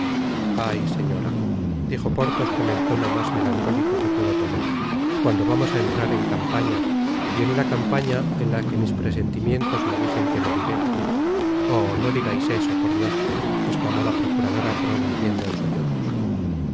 ay señora dijo porthos con el tono mas melancólico que pudo tomar cuando vamos á entrar en campaña y en una campaña en la que mis presentimientos me dicen que moriré oh no digais eso por dios esclamó la procuradora prorumpiendo en sollozos